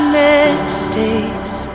mistakes